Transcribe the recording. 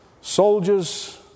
soldiers